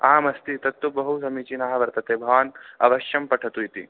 आमस्ति तत्तु बहु समीचीनः वर्तते भवान् अवश्यं पठतु इति